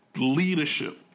leadership